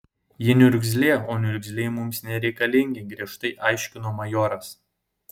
ji niurzglė o niurzgliai mums nereikalingi griežtai aiškino majoras